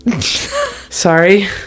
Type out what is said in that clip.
sorry